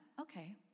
Okay